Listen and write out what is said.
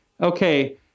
okay